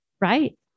Right